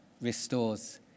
restores